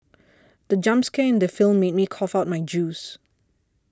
the jump scare in the film made me cough out my juice